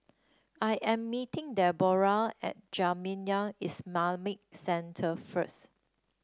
I am meeting Deborrah at Jamiyah Islamic Centre first